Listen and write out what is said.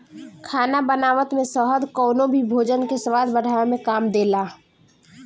खाना बनावत में शहद कवनो भी भोजन के स्वाद बढ़ावे में काम देला